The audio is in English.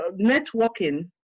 networking